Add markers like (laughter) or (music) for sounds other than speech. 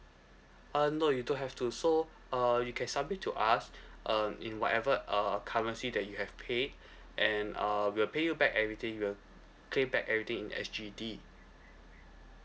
uh no you don't have to so uh you can submit to us (breath) um in whatever uh currency that you have paid (breath) and uh we'll pay you back everything you'll claim back everything in S_G_D